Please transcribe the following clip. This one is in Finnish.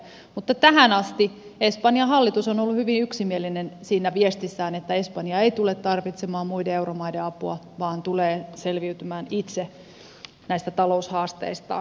mutta tähän asti espanjan hallitus on ollut hyvin yksimielinen siinä viestissään että espanja ei tule tarvitsemaan muiden euromaiden apua vaan tulee selviytymään itse näistä taloushaasteistaan